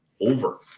over